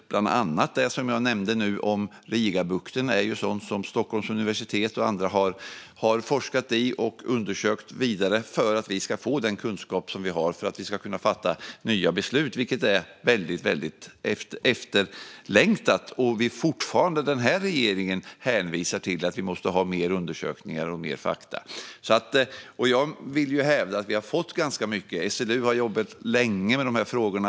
Bland annat handlar det om Rigabukten, som jag nämnde. Det är ett exempel på sådant som Stockholms universitet och andra har forskat i och undersökt vidare för att vi ska få den kunskap som behövs för att vi ska kunna fatta nya beslut. Det är väldigt efterlängtat, och den nuvarande regeringen hänvisar fortfarande till att vi måste ha fler undersökningar och mer fakta. Jag vill hävda att vi har fått ganska mycket. SLU har jobbat länge med frågorna.